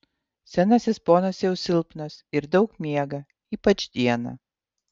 senasis ponas jau silpnas ir daug miega ypač dieną